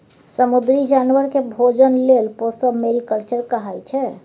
समुद्री जानबर केँ भोजन लेल पोसब मेरीकल्चर कहाइ छै